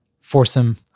foursome